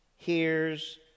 hears